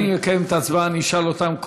כשאני אקיים את ההצבעה אני אשאל אותם,